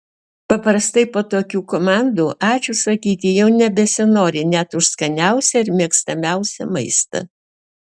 paprastai po tokių komandų ačiū sakyti jau nebesinori net už skaniausią ir mėgstamiausią maistą